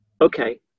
okay